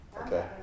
Okay